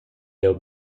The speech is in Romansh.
jeu